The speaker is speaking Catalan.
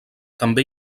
també